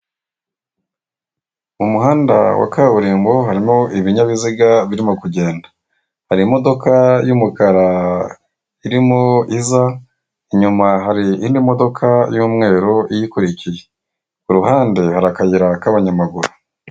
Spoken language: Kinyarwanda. Umuhanda wa kaburimbo harimo ibinyabiziga birimo kugenda. Hari imodoka y'umukara irimo iza, inyuma hari indi modoka y'umweru iyikurikiye. Ku ruhande hara akayira k'abanyamaguru.